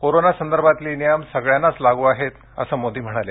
corona संदर्भातले नियम सगळ्यांनाच लागू आहेत असं मोदी म्हणाले